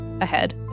ahead